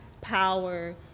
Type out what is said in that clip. power